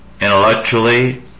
intellectually